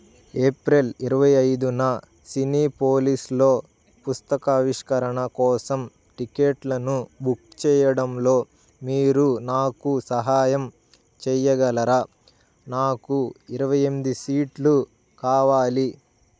April ఇరవై ఐదున సినీపోలిస్లో పుస్తకావిష్కరణ కోసం టిక్కెట్లను బుక్ చేయడంలో మీరు నాకు సహాయం చేయగలరా నాకు ఇరవై ఎనిమిది సీట్లు కావాలి